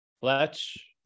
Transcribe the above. Fletch